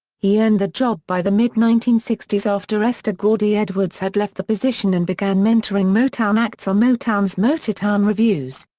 he earned the job by the mid nineteen sixty s after esther gordy edwards had left the position and began mentoring motown acts on motown's motortown revues.